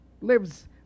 lives